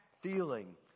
feeling